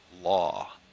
law